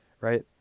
right